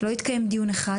לא יתקיים דיון אחד,